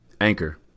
Anchor